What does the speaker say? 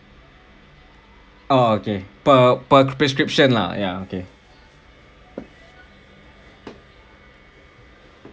oh okay per per prescription lah ya okay